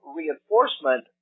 reinforcement